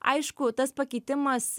aišku tas pakeitimas